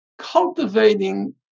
Cultivating